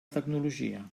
tecnologia